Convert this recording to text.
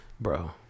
Bro